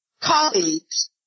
colleagues